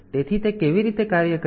તેથી તે કેવી રીતે કાર્ય કરે છે